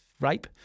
rape